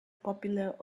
popular